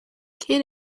kid